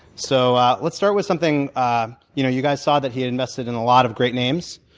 so let's start with something ah you know you guys saw that he invested in a lot of great names.